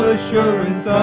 assurance